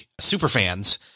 Superfans